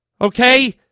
Okay